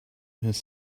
his